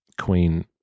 Queen